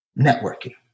networking